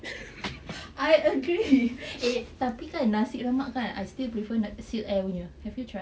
I agree eh tapi kan nasi lemak I still prefer the silk air punya have you tried ah